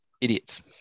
Idiots